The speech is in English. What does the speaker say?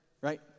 right